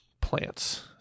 plants